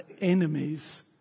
enemies